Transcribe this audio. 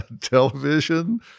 television